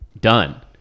done